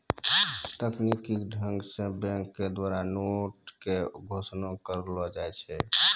तकनीकी ढंग से बैंक के द्वारा बैंक नोट के घोषणा करलो जाय छै